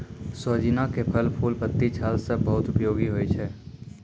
सोजीना के फल, फूल, पत्ती, छाल सब बहुत उपयोगी होय छै